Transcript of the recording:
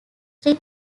three